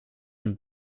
een